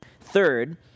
Third